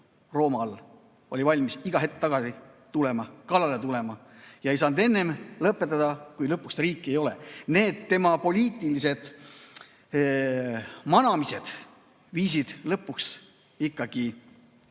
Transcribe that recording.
[mis] oli valmis iga hetk tagasi tulema, kallale tulema. Ja ei saanud enne lõpetada, kui lõpuks seda riiki ei ole. Need tema poliitilised manamised viisid lõpuks asja